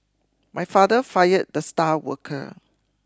my father fired the star worker